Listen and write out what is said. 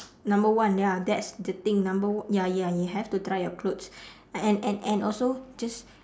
number one ya that's the thing number ya ya you have to try your clothes and and and also just